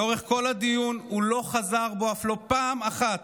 לאורך כל הדיון הוא לא חזר בו אף לא פעם אחת